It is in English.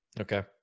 Okay